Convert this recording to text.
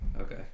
Okay